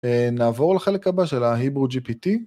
‫נעבור לחלק הבא של ה־HebrewGPT.